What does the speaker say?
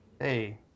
Hey